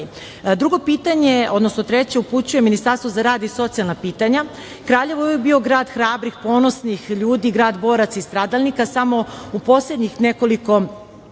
pitanje, odnosno treće upućujem Ministarstvu za rad i socijalna pitanja. Kraljevo je uvek bio grada hrabrih, ponosnih ljudi, grad boraca i stradalnika. Samo u poslednjih nekoliko